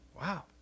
Wow